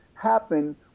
Happen